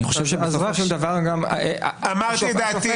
אני חושב שבסופו של דבר השופט --- אמרתי את דעתי.